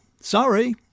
Sorry